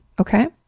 Okay